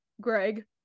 Greg